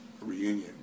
reunion